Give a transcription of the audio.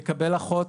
יקבל אחות,